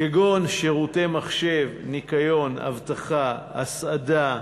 כגון שירותי מחשב, ניקיון, אבטחה, הסעדה,